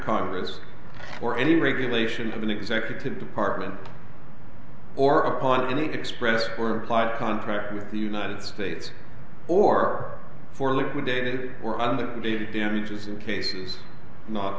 congress or any regulation of an executive department or on any expressed or implied contract with the united states or for liquidated or under the damages in cases not